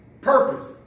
Purpose